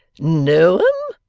know them!